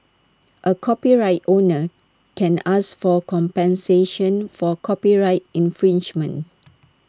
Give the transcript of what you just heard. A copyright owner can ask for compensation for copyright infringement